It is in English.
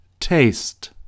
taste